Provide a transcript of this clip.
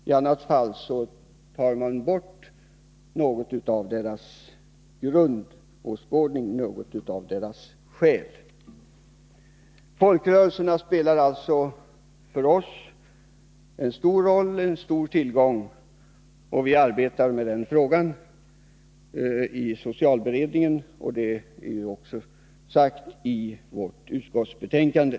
I annat fall går man emot något av deras grundåskådning och man tar bort något av deras själ. Folkrörelserna spelar alltså för oss en stor roll. De är en stor tillgång. Vi arbetar med den frågan i socialberedningen, vilket också framgår av utskottsbetänkandet.